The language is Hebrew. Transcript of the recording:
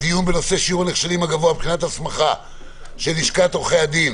הדיון בנושא שיעור הנכשלים הגבוה בבחינת ההסמכה של לשכת עורכי הדין